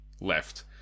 left